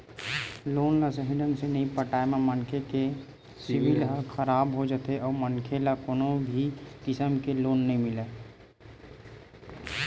loan ल सहीं ढंग ले नइ पटाए म मनखे के सिविल ह खराब हो जाथे अउ मनखे ल कोनो भी किसम के लोन नइ मिलय